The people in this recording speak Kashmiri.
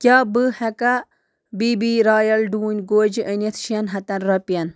کیٛاہ بہٕ ہٮ۪کا بی بی رایل ڈوٗنۍ گوجہٕ أنِتھ شٮ۪ن ہتن رۄپٮ۪ن